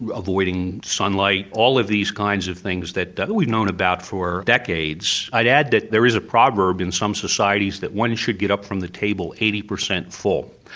avoiding sunlight, all of these kinds of things that that we've known about for decades. i'd add that there is a proverb in some societies that one should get up from the table eighty percent full.